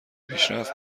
پیشرفت